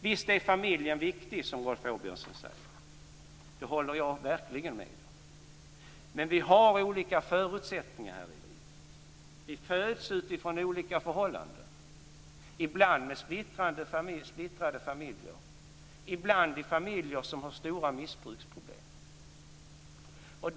Visst är familjen viktig, som Rolf Åbjörnsson säger. Det håller jag verkligen med om. Men vi har olika förutsättningar här i livet. Vi föds utifrån olika förhållanden, ibland i splittrade familjer, ibland i familjer som har stora missbruksproblem.